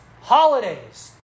holidays